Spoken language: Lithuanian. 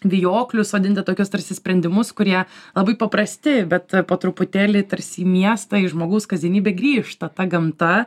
vijoklius sodinti tokias tarsi sprendimus kurie labai paprasti bet po truputėlį tarsi į miestą į žmogaus kasdienybę grįžta ta gamta